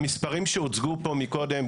המספרים שהוצגו פה מקודם,